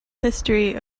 history